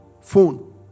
phone